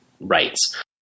rights